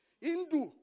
Hindu